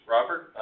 Robert